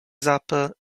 zappa